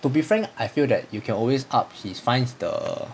to be frank I feel that you can always up his finds the